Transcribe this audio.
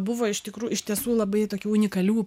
buvo iš tikrųjų iš tiesų labai tokių unikalių